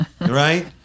Right